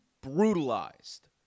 brutalized